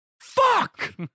Fuck